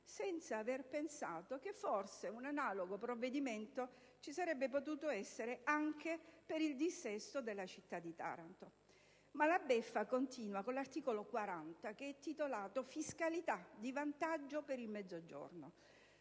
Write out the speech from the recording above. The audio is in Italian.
senza avere pensato che forse un analogo provvedimento ci sarebbe potuto essere anche per il dissesto della città di Taranto. Ma la beffa continua con l'articolo 40, intitolato «Fiscalità di vantaggio per il Mezzogiorno»